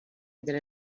delle